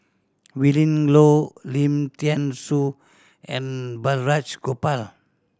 Willin Low Lim Thean Soo and Balraj Gopal